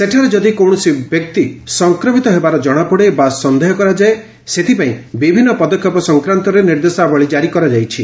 ସେଠାରେ ଯଦି କୌଣସି ବ୍ୟକ୍ତି ସଂକ୍ରମିତ ହେବାର ଜଣାପଡ଼େ ବା ସନ୍ଦେହ କରାଯାଏ ସେଥିପାଇଁ ବିଭିନ୍ନ ପଦକ୍ଷେପ ସଂକ୍ରାନ୍ତରେ ନିର୍ଦ୍ଦେଶାବଳୀ କାରି କରାଯାଇଛି